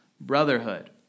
brotherhood